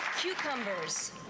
Cucumbers